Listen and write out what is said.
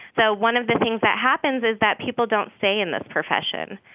so one of the things that happens is that people don't stay in this profession.